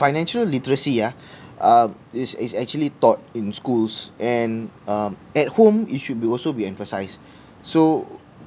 financial literacy ah uh is is actually taught in schools and um at home it should be also be emphasised so